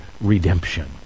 redemption